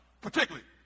particularly